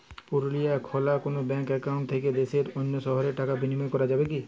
পুরুলিয়ায় খোলা কোনো ব্যাঙ্ক অ্যাকাউন্ট থেকে দেশের অন্য শহরে টাকার বিনিময় করা যাবে কি?